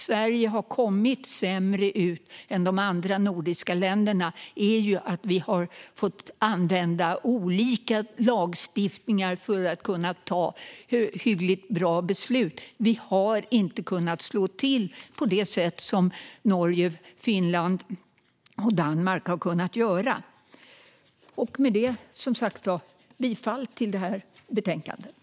Sverige har kommit sämre ut än de andra nordiska länderna för att vi har fått använda olika lagstiftningar för att kunna fatta hyggligt bra beslut. Vi har inte kunnat slå till på det sätt som Norge, Finland och Danmark har kunnat göra. Med det yrkar jag bifall till utskottets förslag i betänkandet.